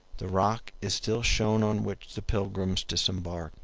the rock is still shown on which the pilgrims disembarked